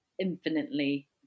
infinitely